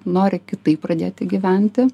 nori kitaip pradėti gyventi